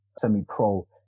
semi-pro